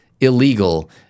illegal